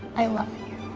i love you.